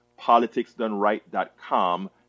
politicsdoneright.com